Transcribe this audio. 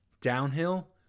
Downhill